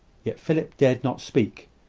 yet philip dared not speak,